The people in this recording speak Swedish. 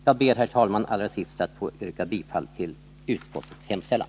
Jag ber, herr talman, allra sist att få yrka bifall till utskottets hemställan.